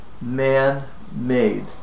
man-made